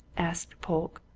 asked polke.